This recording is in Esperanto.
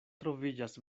troviĝas